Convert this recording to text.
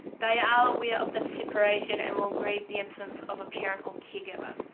they are aware of the separation and will grieve the absence of a parent or caregiver.